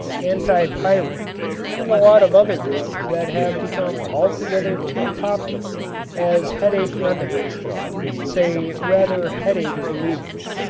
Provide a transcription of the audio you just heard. antipyrin and a lot of other drugs that have become altogether too popular as headache remedies say rather headache relievers.